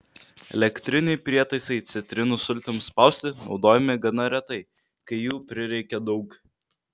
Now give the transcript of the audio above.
elektriniai prietaisai citrinų sultims spausti naudojami gana retai kai jų prireikia daug